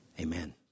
Amen